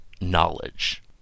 knowledge